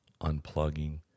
unplugging